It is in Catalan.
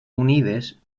unides